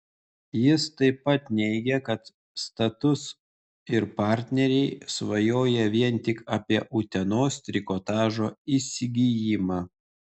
jis taip pat neigė kad status ir partneriai svajoja vien tik apie utenos trikotažo įsigijimą